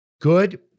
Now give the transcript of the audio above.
good